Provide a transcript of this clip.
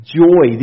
joy